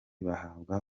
bahabwa